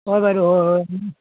হয় বাইদেউ হয় হয়